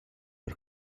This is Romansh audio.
per